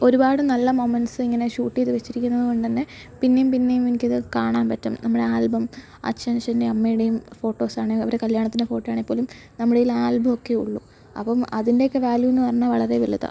ഒരുപാട് നല്ല മൊമെന്റ്സ് ഇങ്ങനെ ഷൂട്ട് ചെയ്തു വെച്ചിരിക്കുന്നതു കൊണ്ടു തന്നെ പിന്നെയും പിന്നെയും എനിക്കതു കാണാന് പറ്റും നമ്മുടെ ആല്ബം അച്ഛന്റെയും അമ്മയുടെയും ഫോട്ടോസാണ് അവരെ കല്യാണത്തിന്റെ ഫോട്ടോയാണേല് പോലും നമ്മളുടെ കൈയ്യില് ആല്ബം ഒക്കെയുള്ളൂ അപ്പം അതിന്റെയൊക്കെ വാല്യൂ എന്നു പറഞ്ഞാല് വളരെ വലുതാണ്